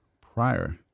prior